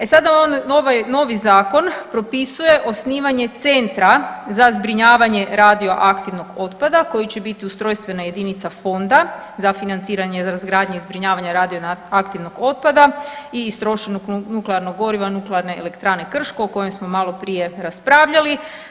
E sada novi zakon propisuje osnivanje centra za zbrinjavanje radioaktivnog otpada koji će biti ustrojstvena jedinica fonda za financiranje razgradnje i zbrinjavanja radioaktivnog otpada i istrošenog nuklearnog goriva Nuklearne elektrane Krško o kojem smo maloprije raspravljali.